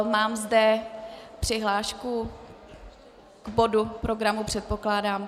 Mám zde přihlášku k bodu programu, předpokládám.